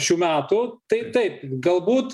šių metų tai taip galbūt